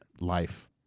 life